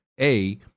A-